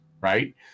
right